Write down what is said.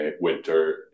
winter